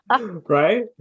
Right